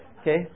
Okay